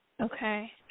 Okay